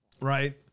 right